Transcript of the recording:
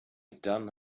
done